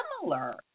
similar